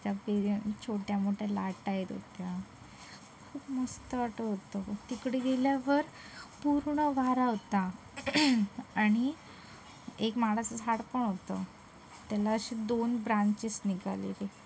त्या छोट्या मोठ्या लाटा येत होत्या खूप मस्त वाटत होतं खूप तिकडे गेल्यावर पूर्ण वारा होता आणि एक माडाचं झाड पण होतं त्याला अशी दोन ब्रांचेस निघालेली